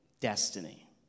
destiny